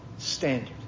Standard